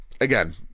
Again